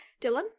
Dylan